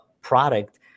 product